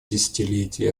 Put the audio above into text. десятилетий